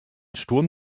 sturm